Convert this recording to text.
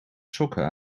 sokken